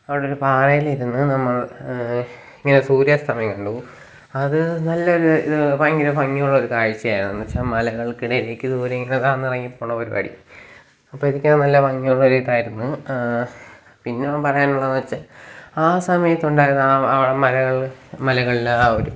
അവിടൊരു പാറയിലിരുന്ന് നമ്മള് ഇങ്ങനെ സൂര്യാസ്തമയം കണ്ടു അത് നല്ലൊരു ഇത് ഭയങ്കര ഭംഗിയുള്ളൊരു കാഴ്ച്ചയായിരുന്നു എന്ന്വെച്ചാ മലകള്ക്കിടയിലേക്കിത്പോലിങ്ങനെ താന്നിറങ്ങി പോണ പരിപാടി അപ്പം ഇരിക്കാന് നല്ല ഭംഗിയുള്ള ഒരിതായിരുന്നു പിന്നാം പറയാന്നുള്ളെവെച്ചെ ആ സമയത്തുണ്ടായിരുന്ന ആ ആ മലകൾ മലകളിലാണ് ആ ഒരു